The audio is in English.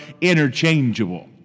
interchangeable